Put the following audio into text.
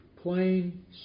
plain